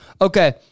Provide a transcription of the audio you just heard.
okay